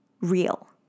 real